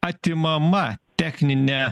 atimama techninė